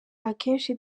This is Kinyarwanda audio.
akenshi